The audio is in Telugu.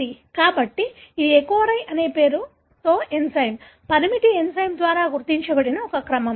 కాబట్టి ఇది ఎకోరై అనే పేరుతో ఎంజైమ్ పరిమితి ఎంజైమ్ ద్వారా గుర్తించబడిన ఒక క్రమం